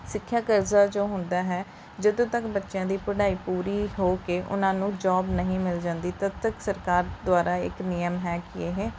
ਸਿੱਖਿਆ ਕਰਜ਼ਾ ਜੋ ਹੁੰਦਾ ਹੈ ਜਦੋਂ ਤੱਕ ਬੱਚਿਆਂ ਦੀ ਪੜ੍ਹਾਈ ਪੂਰੀ ਹੋ ਕੇ ਉਹਨਾਂ ਨੂੰ ਜੌਬ ਨਹੀਂ ਮਿਲ ਜਾਂਦੀ ਤਦ ਤੱਕ ਸਰਕਾਰ ਦੁਆਰਾ ਇੱਕ ਨਿਯਮ ਹੈ ਕਿ ਇਹ